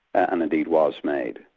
and indeed was made.